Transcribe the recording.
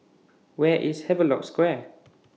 Where IS Havelock Square